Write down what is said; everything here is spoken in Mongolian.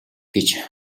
гэж